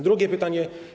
Drugie pytanie.